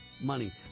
money